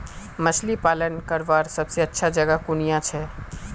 मछली पालन करवार सबसे अच्छा जगह कुनियाँ छे?